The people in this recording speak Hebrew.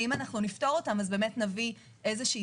שאם נפתור אותם, אז באמת נביא תועלת.